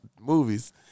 movies